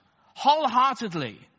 Wholeheartedly